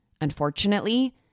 Unfortunately